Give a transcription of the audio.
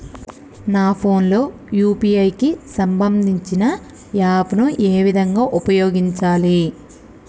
నా ఫోన్ లో యూ.పీ.ఐ కి సంబందించిన యాప్ ను ఏ విధంగా ఉపయోగించాలి?